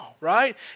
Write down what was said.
Right